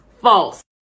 False